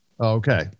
Okay